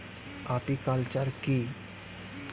Apiculture কি?